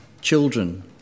children